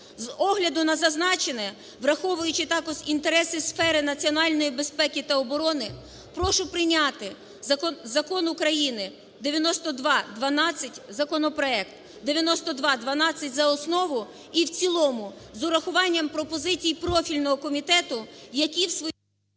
З огляду на зазначене, враховуючи також інтереси сфери національної безпеки та оборони, прошу прийняти Закон України 9212, законопроект 9212 за основу і в цілому з урахуванням пропозицій профільного комітету, які … ГОЛОВУЮЧИЙ.